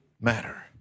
matter